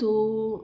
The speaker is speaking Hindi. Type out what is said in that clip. तो